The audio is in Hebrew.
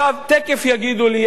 תיכף יגידו לי,